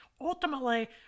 Ultimately